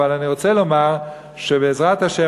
אבל אני רוצה לומר שבעזרת השם,